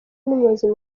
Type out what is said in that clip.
n’umuyobozi